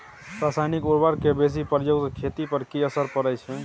रसायनिक उर्वरक के बेसी प्रयोग से खेत पर की असर परै छै?